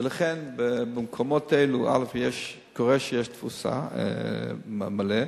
ולכן במקומות האלה קורה שיש תפוסה מלאה.